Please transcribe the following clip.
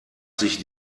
sich